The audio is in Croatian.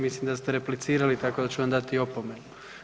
Mislim da ste replicirali, tako da ću vam dati opomenu.